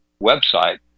website